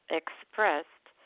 expressed